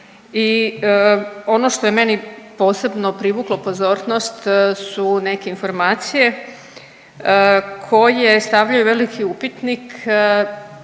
i ono što je meni posebno privuklo pozornost su neke informacije koje stavljaju veliki upitnik